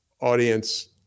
audience